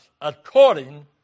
according